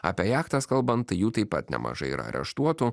apie jachtas kalbant tai jų taip pat nemažai yra areštuotų